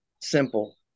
simple